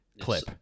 clip